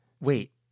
wait